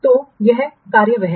तो एक कार्य वह है